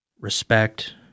respect